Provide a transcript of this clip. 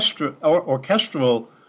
orchestral